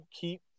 keep